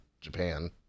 Japan